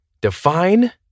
Define